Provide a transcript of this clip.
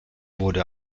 wurde